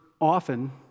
often